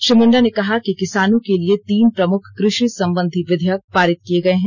श्री मुण्डा ने कहा कि किसानों के लिए तीन प्रमुख कृषि संबंधी विधेयक पारित किए गए हैं